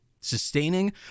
sustaining